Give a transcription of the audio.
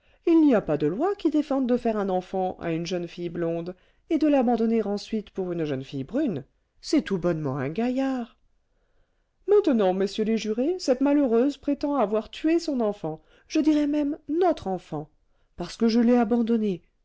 il n'y a pas de loi qui défende de faire un enfant à une jeune fille blonde et de l'abandonner ensuite pour une jeune fille brune c'est tout bonnement un gaillard maintenant messieurs les jurés cette malheureuse prétend avoir tué son enfant je dirai même notre enfant parce que je l'ai abandonnée